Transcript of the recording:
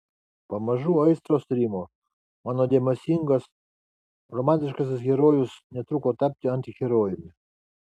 pamažu aistros rimo mano dėmesingas romantiškasis herojus netruko tapti antiherojumi